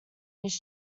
his